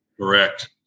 correct